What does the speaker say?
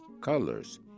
Colors